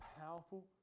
powerful